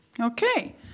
Okay